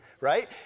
Right